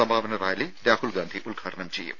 സമാപന റാലി രാഹുൽ ഗാന്ധി ഉദ്ഘാടനം ചെയ്യും